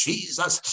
Jesus